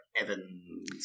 Evans